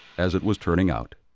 as it was turning out.